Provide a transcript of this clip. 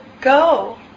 go